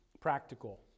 practical